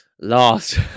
last